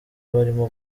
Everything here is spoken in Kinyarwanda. barimo